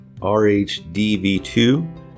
RHDV2